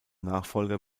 nachfolger